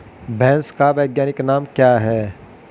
भैंस का वैज्ञानिक नाम क्या है?